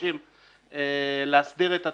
מבקשים להסדיר את התוספת.